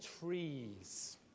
trees